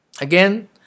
again